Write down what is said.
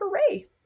hooray